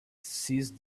seize